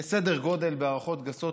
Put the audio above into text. בסדר גודל, בהערכות גסות,